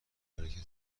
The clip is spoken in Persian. برکته